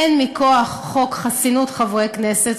הן מכוח חוק חסינות חברי הכנסת,